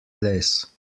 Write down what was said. les